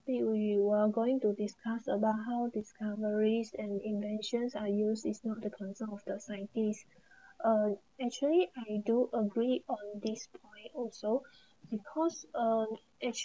topic where are you are going to discuss about how discoveries and inventions are used is not the concern of the scientists uh actually I do agree on this point also because uh